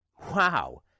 Wow